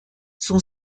son